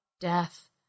death